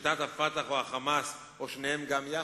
בשליטת ה"פתח", ה"חמאס", או שניהם גם יחד?